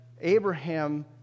Abraham